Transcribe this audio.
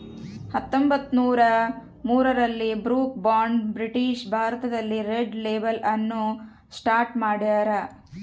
ಹತ್ತೊಂಬತ್ತುನೂರ ಮೂರರಲ್ಲಿ Brooke Bond British ಭಾರತದಲ್ಲಿ ರೆಡ್ ಲೇಬಲ್ ಅನ್ನು ಸ್ಟಾರ್ಟ್ ಮಾಡ್ಯಾರ